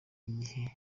igihe